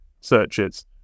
searches